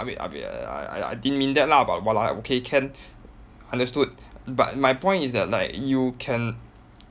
I mean I mean I I didn't mean that lah but !walao! okay can understood but my point is that like you can